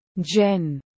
Jen